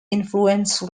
influence